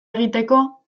egiteko